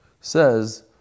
says